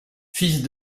fils